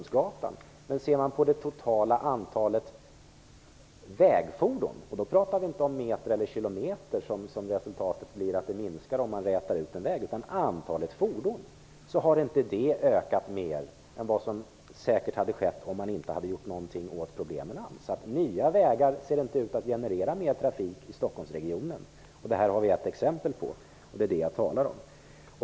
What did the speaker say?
Ser man däremot på det totala antalet vägfordon, och då talar vi inte om de meter eller kilometer som minskar som resultat av att man rätar ut en väg, utan antalet fordon, så har det inte ökat mer än vad som säkert blivit fallet om man inte hade gjort någonting alls åt problemen. Nya vägar ser alltså inte ut att generera mer trafik i Stockholmsregionen. Det här har vi ett exempel på, och det är det jag talar om.